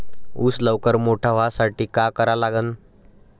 ऊस लवकर मोठा व्हासाठी का करा लागन?